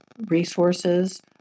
resources